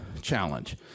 challenge